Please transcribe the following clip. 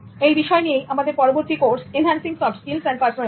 এই বিষয় নিয়েই আমাদের পরবর্তী course enhancing soft skills and personality